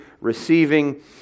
receiving